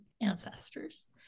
ancestors